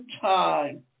time